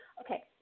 Okay